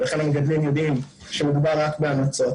ולכן המגדלים יודעים שמדובר רק בהמלצות,